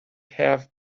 have